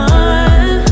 one